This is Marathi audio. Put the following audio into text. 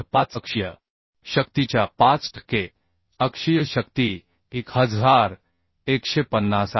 5 अक्षीय शक्तीच्या 5 टक्के अक्षीय शक्ती 1150 आहे